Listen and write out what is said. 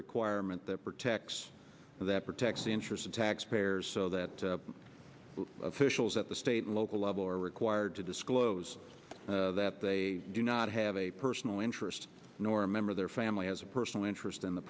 requirement that protects that protects the interests of taxpayers so that officials at the state and local level are required to disclose that they do not have a personal interest nor a member of their family as a personal interest in the